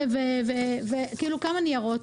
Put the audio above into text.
כמה ניירות?